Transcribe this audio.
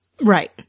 Right